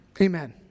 Amen